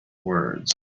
words